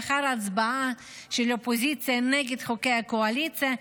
לאחר ההצבעה של האופוזיציה נגד חוקי הקואליציה,